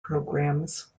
programs